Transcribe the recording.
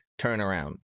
turnaround